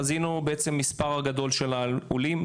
חזינו בעצם מספר גדול של העולים,